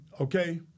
okay